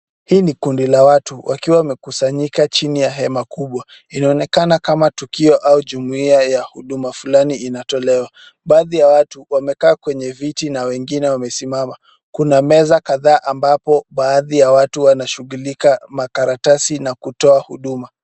Hii ni kundi la watu wakiwa wamekusanyika chini ya hema kubwa. Inaonekana kama tukio au jumuiya ya huduma fulani inatolewa. Baadhi ya watu wamekaa kwenye viti na wengine wamesimama. Kuna meza kadhaa ambapo baadhi ya watu wanashughulika makaratasi na kutoa huduma.